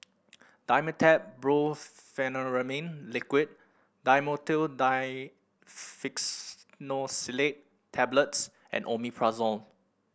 Dimetapp Brompheniramine Liquid Dhamotil Diphenoxylate Tablets and Omeprazole